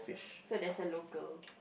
so there's a local